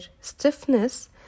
stiffness